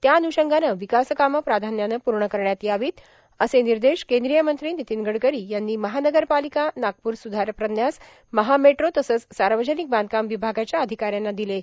त्याअन्षंगाने र्विकास कामे प्राधान्याने पूण करण्यात यावेत असे र्मनदश कद्रीय मंत्री र्मितीन गडकरो यांनी महानगरपर्रालका नागपूर सुधार प्रन्यास महामेट्रो तसेच सावर्जानक बांधकाम विभागाच्या र्आधकाऱ्यांना दिलेत